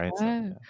right